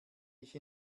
ich